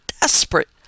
desperate